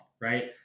right